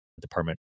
department